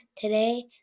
Today